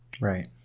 right